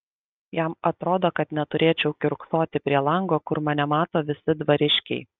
jam atrodo kad neturėčiau kiurksoti prie lango kur mane mato visi dvariškiai